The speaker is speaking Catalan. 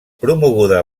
promoguda